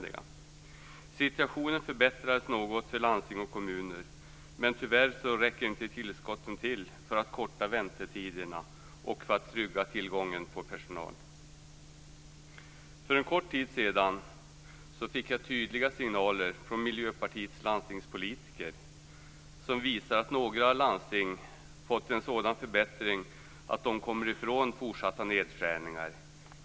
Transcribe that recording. Situationen förbättras något för landsting och kommuner, men tyvärr räcker inte tillskotten för att korta väntetiderna och trygga tillgången på personal. För en kort tid sedan fick jag tydliga signaler från Miljöpartiets landstingspolitiker som visar att några landsting fått en sådan förbättring att de kommit ifrån fortsatta nedskärningar.